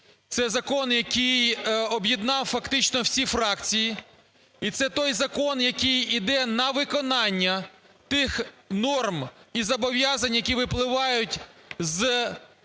це закон, який об'єднав фактично всі фракції і це той закон, який іде на виконання тих норм і зобов'язань, які випливають з